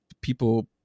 people